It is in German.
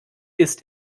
ist